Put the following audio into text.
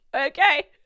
Okay